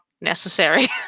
necessary